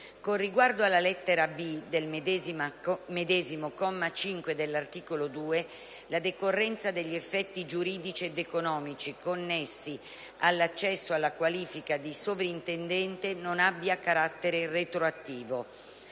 con riguardo alla lettera *b)* del medesimo comma 5 dell'articolo 2, la decorrenza degli effetti giuridici ed economici connessi all'accesso alla qualifica di vicesovrintendente non abbia carattere retroattivo;